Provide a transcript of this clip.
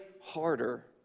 harder